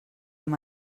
amb